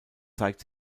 zeigt